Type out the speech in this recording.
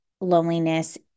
loneliness